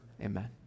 Amen